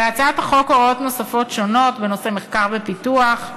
בהצעת החוק הוראות נוספות שונות: בנושא מחקר ופיתוח,